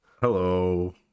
hello